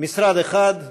יש משרד אחד.